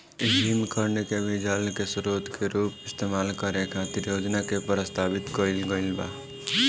हिमखंड के भी जल के स्रोत के रूप इस्तेमाल करे खातिर योजना के प्रस्तावित कईल गईल बा